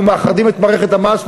אנחנו מאחדים את מערכת המס,